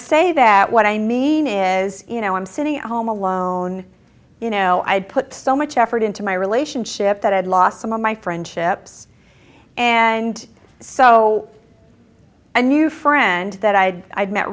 say that what i mean is you know i'm sitting at home alone you know i'd put so much effort into my relationship that i had lost some of my friendships and so a new friend that i